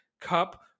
cup